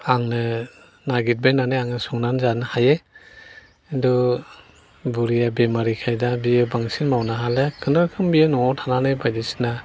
आंनो नागिरबायनानै आंनो संनानै जानो हायो खिन्थु बुरिया बेमारिखाय दा बियो बांसिन मावनो हाले खुनुरुखुम बियो न'आव थानानै बायदिसिना